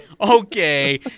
Okay